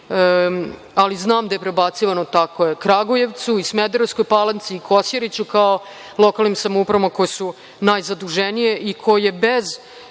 ali znam da je prebacivano Kragujevcu i Smederevskoj Palanci i Kosjeriću, kao lokalnim samoupravama koje su najzaduženije i koje bez